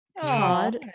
Todd